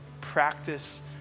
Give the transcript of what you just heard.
practice